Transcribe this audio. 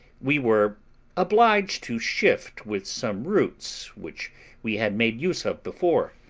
we were obliged to shift with some roots which we had made use of before.